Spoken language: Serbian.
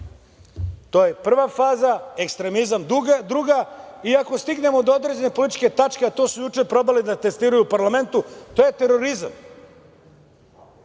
to je prva faza ekstremizam, druga faza iako stignemo do određene političke tačke, a to su juče probali da testiraju u parlamentu, to je terorizam.